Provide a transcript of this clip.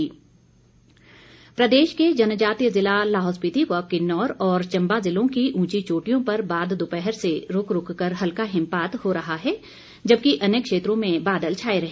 मौसम प्रदेश के जनजातीय जिला लाहौल स्पिति व किन्नौर और चम्बा जिलों की उंची चोटियों पर बाद दोपहर से रूक रूक कर हल्का हिमपात हो रहा है जबकि अन्य क्षेत्रों में बादल छाए रहे